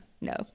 no